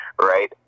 right